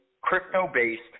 crypto-based